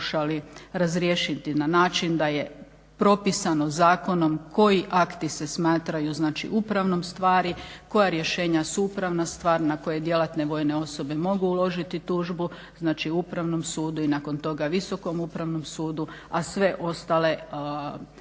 pokušali razriješiti na način da je propisano zakonom koji akti se smatraju upravnom stvari koja rješenja su upravna stvar na koje djelatne vojne osobe mogu uložiti tužbu, znači Upravnom sudu i nakon toga Visokom upravnom sudu, a sve ostale stvari